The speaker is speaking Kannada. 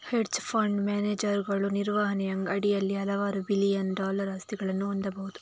ಹೆಡ್ಜ್ ಫಂಡ್ ಮ್ಯಾನೇಜರುಗಳು ನಿರ್ವಹಣೆಯ ಅಡಿಯಲ್ಲಿ ಹಲವಾರು ಬಿಲಿಯನ್ ಡಾಲರ್ ಆಸ್ತಿಗಳನ್ನು ಹೊಂದಬಹುದು